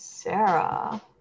Sarah